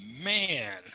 man